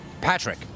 Patrick